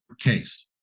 case